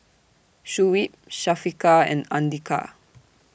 Shuib Syafiqah and Andika